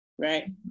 Right